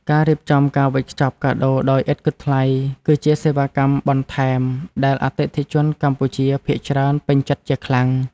ការរៀបចំការវេចខ្ចប់កាដូដោយឥតគិតថ្លៃ គឺជាសេវាកម្មបន្ថែមដែលអតិថិជនកម្ពុជាភាគច្រើនពេញចិត្តជាខ្លាំង។